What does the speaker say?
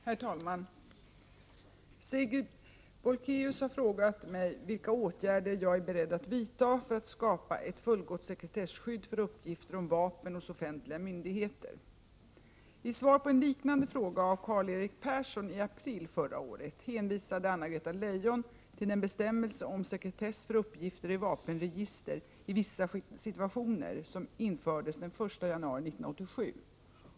Herr talman! Sigrid Bolkéus har frågat mig vilka åtgärder jag är beredd att vidta för att skapa ett fullgott sekretesskydd för uppgifter om vapen hos offentliga myndigheter. I svar på en liknande fråga av Karl-Erik Persson i april förra året hänvisade Anna-Greta Leijon till den bestämmelse om sekretess för uppgifter i vapenregister i vissa situationer som infördes den 1 januari 1987.